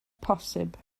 posib